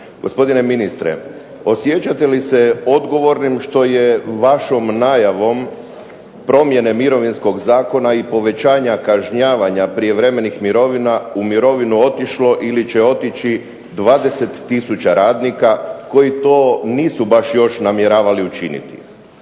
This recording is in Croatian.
Gospodine ministre, osjećate li se odgovornim što je vašom najavom promjene Mirovinskog zakona i povećanja kažnjavanja prijevremenih mirovina u mirovinu otišlo ili će otići 20 tisuća radnika koji to baš nisu još namjeravali učiniti.